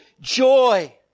joy